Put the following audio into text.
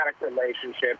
relationship